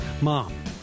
Mom